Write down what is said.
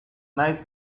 nice